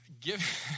Give